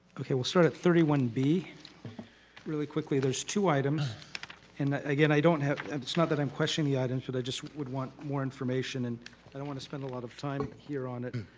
okay, we'll start at thirty one b really quickly. there's two items and that again i don't have it's not that i'm questioning the items but i just would want more information and i don't want to spend a lot of time here on it.